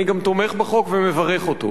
אני גם תומך בחוק ומברך אותו.